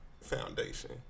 foundation